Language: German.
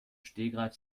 stegreif